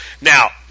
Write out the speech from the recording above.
Now